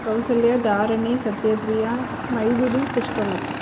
Kausalya Tharani Sathyapriya Maivizhi Pushpalatha